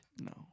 No